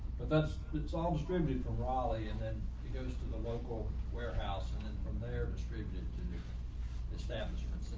but that's the song distributed from raleigh and then it goes to the local warehouse and then from there distributed to the establishment.